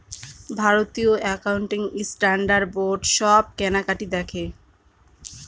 ভারতীয় accounting standard board সব কেনাকাটি দেখে